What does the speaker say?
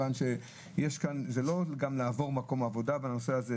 וזה גם לא לעבור מקום עבודה בנושא הזה.